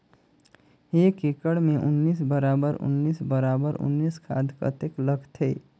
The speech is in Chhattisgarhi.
एक एकड़ मे उन्नीस बराबर उन्नीस बराबर उन्नीस खाद कतेक लगथे?